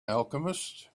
alchemist